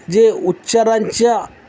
जे उच्चारांच्या